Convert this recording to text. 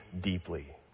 deeply